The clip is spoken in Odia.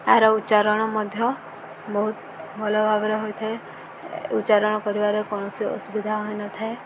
ଏହାର ଉଚ୍ଚାରଣ ମଧ୍ୟ ବହୁତ ଭଲ ଭାବରେ ହୋଇଥାଏ ଉଚ୍ଚାରଣ କରିବାରେ କୌଣସି ଅସୁବିଧା ହୋଇନଥାଏ